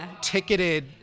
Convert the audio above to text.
ticketed